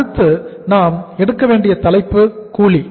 அடுத்து நாம் எடுக்க வேண்டிய தலைப்பு கூலி